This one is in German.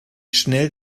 schnell